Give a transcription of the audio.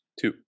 Two